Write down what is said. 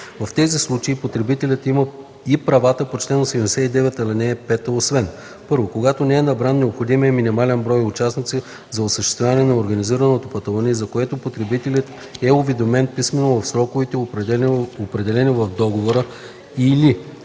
В тези случаи потребителят има и правата по чл. 89, ал. 5, освен: 1. когато не е набран необходимият минимален брой участници за осъществяване на организирано пътуване и за което потребителят е уведомен писмено в сроковете, определени в договора, или 2.